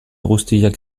guztiak